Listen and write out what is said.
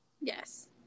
Yes